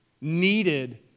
needed